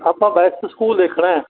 ਆਪਾਂ best school ਦੇਖਣਾ